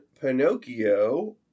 Pinocchio